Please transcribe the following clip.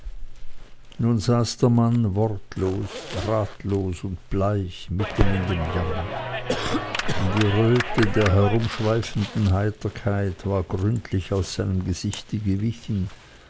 nun saß der mann wortlos ratlos und bleich mitten in dem jammer denn die röte der herumschweifenden heiterkeit war gründlich aus seinem gesichte gewichen